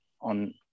on